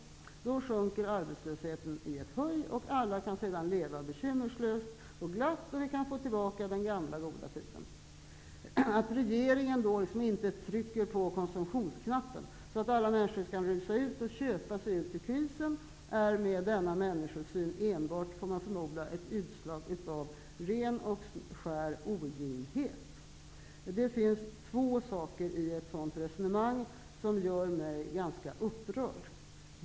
Då sjunker arbetslösheten i ett huj och alla kan sedan leva bekymmerslöst och glatt, och vi kan få tillbaka den gamla goda tiden. Att regeringen inte trycker på konsumtionsknappen, så att alla människor rusar ut och köper sig ur krisen är med denna människosyn -- får man förmoda -- enbart ett utslag av ren och skär oginhet. Det finns två saker i ett sådant resonemang som gör mig ganska upprörd.